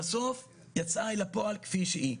בסוף יצאה לא הפועל כפי שהיא.